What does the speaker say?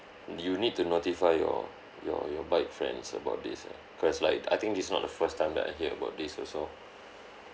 you need to notify your your your bike friends about this ah cause like I think this is not the first time that I hear about this also